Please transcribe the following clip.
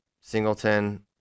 Singleton